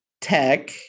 Tech